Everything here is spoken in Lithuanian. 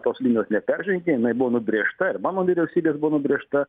tos linijos neperžengė jinai buvo nubrėžta ir mano vyriausybės buvo nubrėžta